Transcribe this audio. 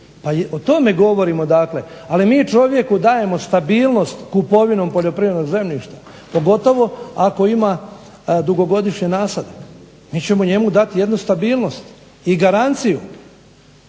Pa o tome govorimo dakle. Ali mi čovjeku dajemo stabilnost kupovinom poljoprivrednog zemljišta pogotovo ako ima dugogodišnje nasade. Mi ćemo njemu dati jednu stabilnost i garanciju